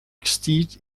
exceed